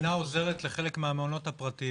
המדינה עוזרת לחלק מהמעונות הפרטיים